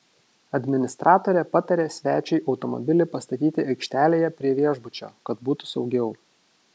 administratorė patarė svečiui automobilį pastatyti aikštelėje prie viešbučio kad būtų saugiau